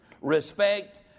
respect